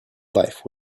life